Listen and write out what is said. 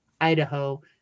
Idaho